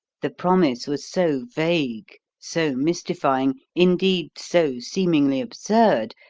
the promise was so vague, so mystifying, indeed, so seemingly absurd,